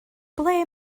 ble